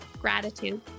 gratitude